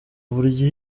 uburyo